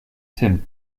tim